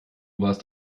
warst